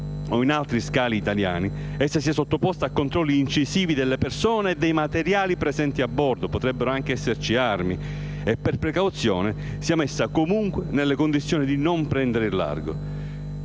o in altri scali italiani, essa sia sottoposta a controlli incisivi delle persone e dei materiali presenti a bordo (potrebbero anche esserci armi), e per precauzione sia messa comunque nella condizione di non prendere il largo.